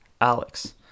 Alex